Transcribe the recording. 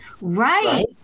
Right